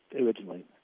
originally